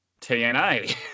TNA